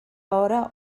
hora